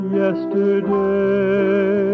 yesterday